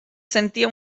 sentia